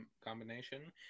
combination